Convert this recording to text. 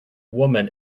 woman